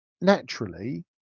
naturally